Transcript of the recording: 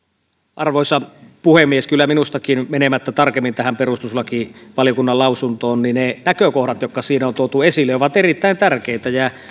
arvoisa puhemies kyllä minustakin menemättä tarkemmin tähän perustuslakivaliokunnan lausuntoon ne näkökohdat jotka siinä on tuotu esille ovat erittäin tärkeitä